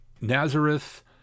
Nazareth